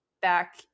Back